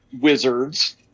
wizards